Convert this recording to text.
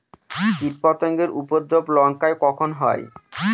কীটপতেঙ্গর উপদ্রব লঙ্কায় কখন হয়?